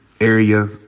area